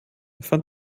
fand